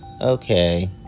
okay